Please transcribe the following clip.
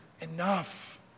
Enough